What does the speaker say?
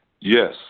Yes